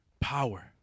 power